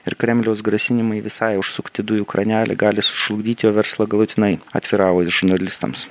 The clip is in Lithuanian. ir kremliaus grasinimai visai užsukti dujų kranelį gali sužlugdyt jo verslą galutinai atviravo žurnalistams